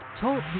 Talk